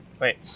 Wait